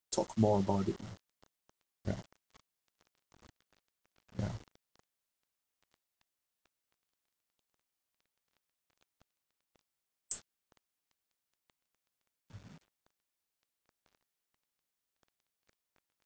talk more about it lah ya ya mmhmm